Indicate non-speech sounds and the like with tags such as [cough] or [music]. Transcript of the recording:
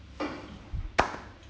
[noise]